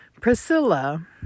Priscilla